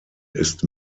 ist